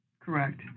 correct